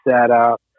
setup